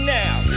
now